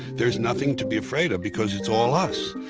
there's nothing to be afraid of because it's all us.